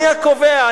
אני הקובע,